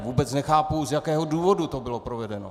Vůbec nechápu, z jakého důvodu to bylo provedeno.